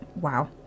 Wow